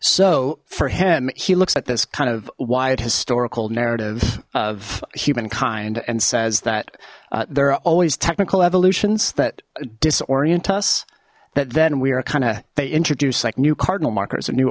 so for him he looks at this kind of wide historical narrative of humankind and says that there are always technical evolutions that disorient us that then we are kind of they introduce like new cardinal markers